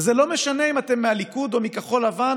וזה לא משנה אם אתם מהליכוד או מכחול לבן